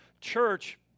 church